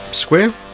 Square